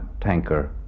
tanker